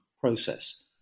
process